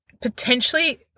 potentially